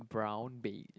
brown beige